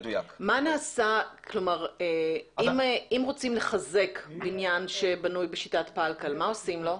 אם רוצים לחזק מבנה כזה, מה עושים לו?